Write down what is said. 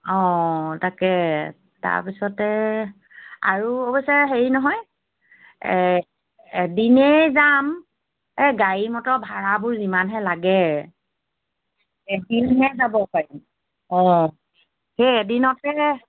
অ তাকে তাৰপিছতে আৰু অৱশ্যে হেৰি নহয় এদিনেই যাম এই গাড়ী মটৰৰ ভাড়াবোৰ যিমানহে লাগে এদিনহে যাব পাৰিম অ সেই এদিনতে